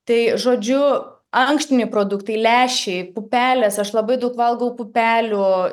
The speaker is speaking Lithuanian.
tai žodžiu ankštiniai produktai lęšiai pupelės aš labai daug valgau pupelių